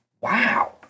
Wow